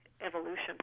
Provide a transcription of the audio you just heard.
evolution